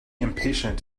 impatient